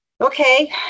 okay